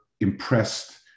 impressed